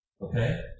Okay